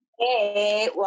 Hey